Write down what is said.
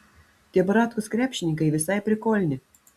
tie bratkos krepšininkai visai prikolni